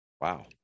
wow